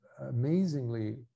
amazingly